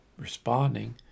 responding